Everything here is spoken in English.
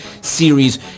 series